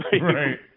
Right